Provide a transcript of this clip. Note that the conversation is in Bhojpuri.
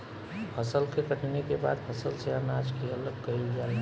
फसल के कटनी के बाद फसल से अनाज के अलग कईल जाला